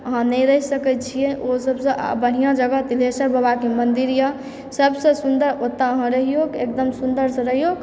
अहाँ नहि रहय सकैत छियै ओ सभसँ बढ़िआँ जगह तिलेश्वर बाबाके मन्दिरए सभसँ सुन्दर ओतए अहाँ रहिऔ एकदम सुन्दरसँ रहिऔ